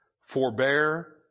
forbear